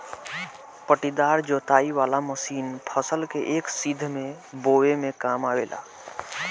पट्टीदार जोताई वाला मशीन फसल के एक सीध में बोवे में काम आवेला